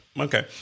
Okay